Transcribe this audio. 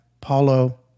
Paulo